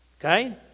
Okay